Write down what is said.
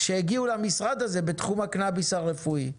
שהגיעו למשרד הזה בתחום הקנאביס הרפואי.